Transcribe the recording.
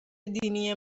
دینی